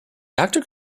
doctor